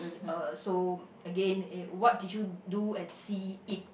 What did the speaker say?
uh so again eh what did you do and see it